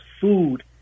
food